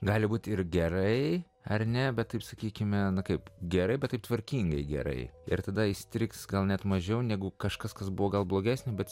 gali būt ir gerai ar ne bet taip sakykime na kaip gerai bet taip tvarkingai gerai ir tada įstrigs gal net mažiau negu kažkas kas buvo gal blogesni bet